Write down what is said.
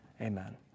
Amen